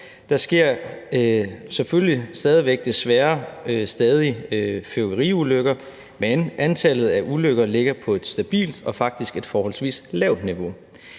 Der sker selvfølgelig stadig væk, desværre, fyrværkeriulykker, men antallet af ulykker ligger på et stabilt og faktisk forholdsvis lavt niveau.